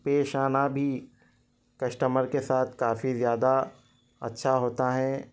پیش آنا بھی کسٹمر کے ساتھ کافی زیادہ اچھا ہوتا ہے